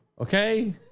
okay